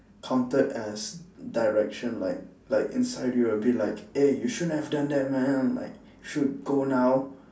counted as direction like like inside you're a bit like eh you shouldn't have done that man like should go now